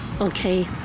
okay